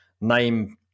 name